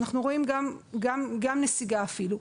אנחנו רואים גם נסיגה אפילו.